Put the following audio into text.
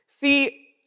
See